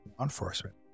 enforcement